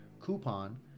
coupon